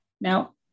Now